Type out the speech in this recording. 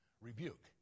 rebuke